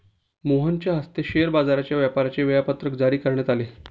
मोहनच्या हस्ते शेअर बाजाराच्या व्यापाराचे वेळापत्रक जारी करण्यात आले